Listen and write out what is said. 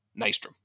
Nystrom